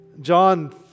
John